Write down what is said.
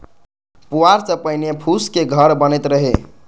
पुआर सं पहिने फूसक घर बनैत रहै